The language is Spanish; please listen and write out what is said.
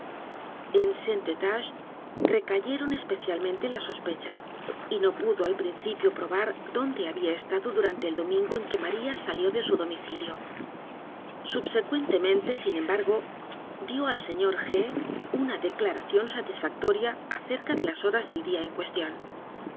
p e c h a s y no pudo al principio p r o b a r dónde había estado durante el domingo en que maría salió de su domicilio subsecuentemente sin embargo dio al señor g una declaración satisfactoria acerca de las horas del día en